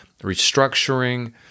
restructuring